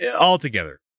altogether